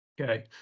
Okay